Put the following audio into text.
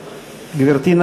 גברתי,